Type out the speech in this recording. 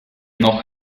noch